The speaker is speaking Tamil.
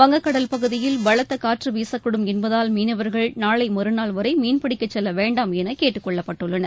வங்கக்கடல் பகுதியில் பலத்த காற்று வீசக்கூடும் என்பதால் மீனவர்கள் நாளை மறுநாள் வரை மீன்பிடிக்க செல்ல வேண்டாம் என கேட்டுக்கொள்ளப்பட்டுள்ளனர்